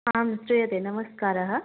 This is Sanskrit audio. आं श्रूयते नमस्कारः